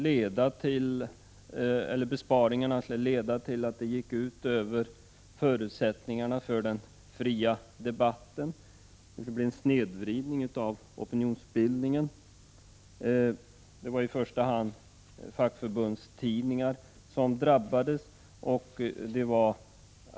Sådana besparingar skulle enligt dem gå ut över förutsättningarna för den fria debatten, det skulle bli en snedvridning av opinionsbildningen, och det var i första hand fackförbundstidningar som skulle drabbas.